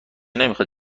نمیخواد